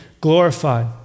glorified